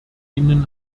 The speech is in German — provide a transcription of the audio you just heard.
ihnen